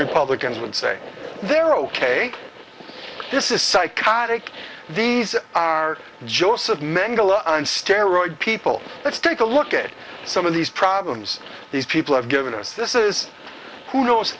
republicans would say they're ok this is psychotic these are josef mengele and steroids people let's take a look at some of these problems these people have given us this is who knows